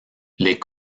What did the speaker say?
les